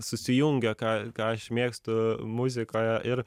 susijungia ką aš mėgstu muzika ir